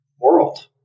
world